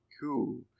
cool